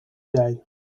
day